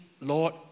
Lord